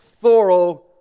thorough